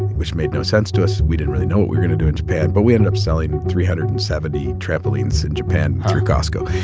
which made no sense to us. we didn't really know what we were going to do in japan. but we ended up selling three hundred and seventy trampolines in japan through costco.